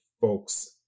folks